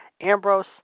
Ambrose